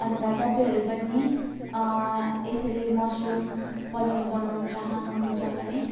अन्त तपाईँहरू पनि यसरी मसरुम पनिर बनाउन चाहनुहुन्छ भने